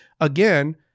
Again